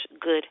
good